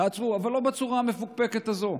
תעצרו, אבל לא בצורה המפוקפקת הזאת.